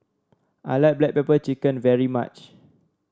I like Black Pepper Chicken very much